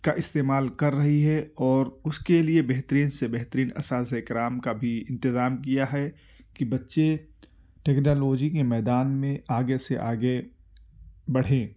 کا استعمال کر رہی ہے اور اس کے لیے بہترین سے بہترین اساتذۂِ کرام کا بھی انتظام کیا ہے کہ بچے ٹیکنالوجی کے میدان میں آگے سے آگے بڑھیں